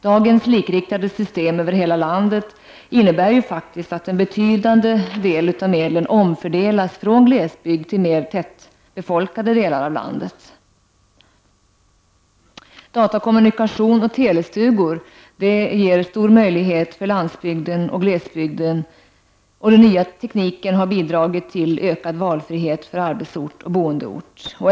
Dagens likriktade system över hela landet innebär att betydande medel omfördelas från glesbygd till mer tättbefolkade delar av landet. Datakommunikation och telestugor ger en stor möjlighet för landsbygden och glesbygden, och den nya tekniken har bidragit till ökad valfrihet i fråga om arbetsort och boendeort.